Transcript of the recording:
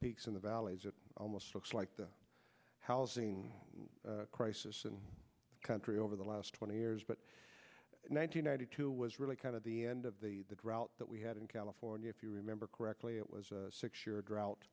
peaks in the valleys it almost looks like the housing crisis and country over the last twenty years but nine hundred ninety two was really kind of the end of the drought that we had in california if you remember correctly it was a six year drought